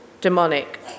demonic